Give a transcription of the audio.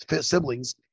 siblings